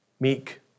Meek